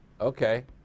Okay